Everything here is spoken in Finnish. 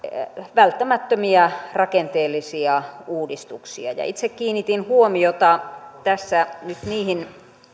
välttämättömiä rakenteellisia uudistuksia itse kiinnitin huomiota tässä nyt niihin